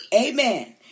Amen